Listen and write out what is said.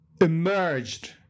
emerged